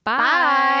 Bye